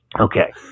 Okay